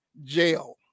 jail